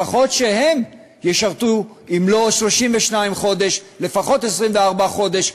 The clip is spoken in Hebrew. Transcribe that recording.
לפחות שהם ישרתו אם לא 32 חודש לפחות 24 חודש,